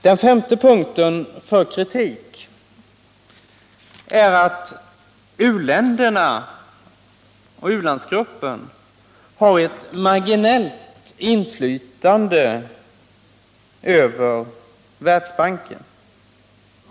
Den femte punkten för kritik är att u-länderna och u-landsgruppen har bara ett marginellt inflytande över Världsbanken.